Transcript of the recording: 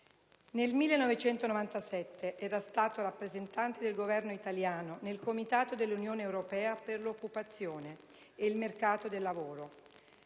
Nel 1997 era stato rappresentante del Governo italiano nel comitato dell'Unione europea per l'occupazione e il mercato del lavoro.